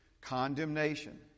condemnation